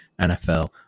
NFL